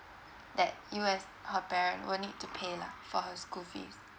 that you as her parent will need to pay lah for her school fees